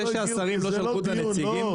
השרים לא שלחו את הנציגים שלהם.